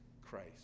Christ